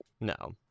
No